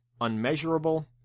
unmeasurable